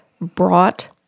brought